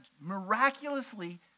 miraculously